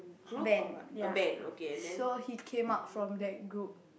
band ya so he came out from that group